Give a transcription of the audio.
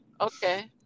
Okay